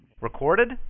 Recorded